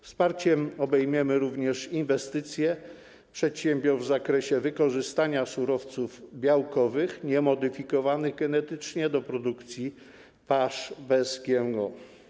Wsparciem obejmiemy również inwestycje przedsiębiorstw w zakresie wykorzystania surowców białkowych niemodyfikowanych genetycznie do produkcji pasz bez GMO.